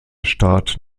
staat